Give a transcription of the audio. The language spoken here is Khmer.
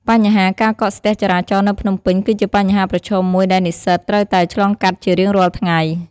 បញ្ហាការកកស្ទះចរាចរណ៍នៅភ្នំពេញគឺជាបញ្ហាប្រឈមមួយដែលនិស្សិតត្រូវតែឆ្លងកាត់ជារៀងរាល់ថ្ងៃ។